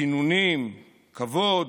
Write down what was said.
בגינונים, בכבוד,